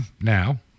now